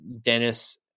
Dennis